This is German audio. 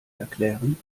erklären